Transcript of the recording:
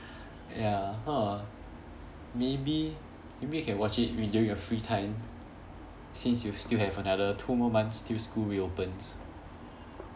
ya ha maybe maybe you can watch it during your free time since you still have another two more months till school reopens